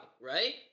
right